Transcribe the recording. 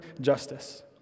justice